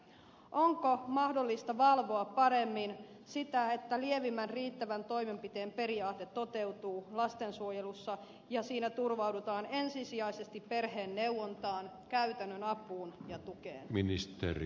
onko mahdollista valvoa paremmin sitä että lievimmän riittävän toimenpiteen periaate toteutuu lastensuojelussa ja siinä turvaudutaan ensisijaisesti perheen neuvontaan käytännön apuun ja tukeen